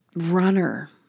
runner